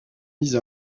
mise